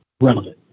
relevant